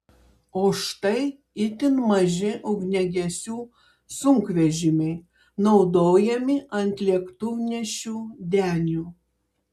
o štai itin maži ugniagesių sunkvežimiai naudojami ant lėktuvnešių denių